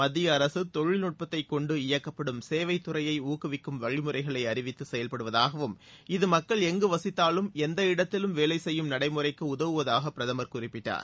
மத்திய அரசு தொழில்நுட்பத்தைக் கொண்டு இயக்கப்படும் சேவைத் துறையை ஊக்குவிக்கும் வழிமுறைகளை அறிவித்து செயல்படுவதாகவும் இது மக்கள் எங்கு வசித்தாலும் எந்த இடத்திலும் வேலை செய்யும் நடைமுறைக்கு உதவுவதாகவும் பிரதமர் குறிப்பிட்டார்